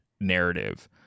narrative